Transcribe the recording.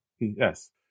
Yes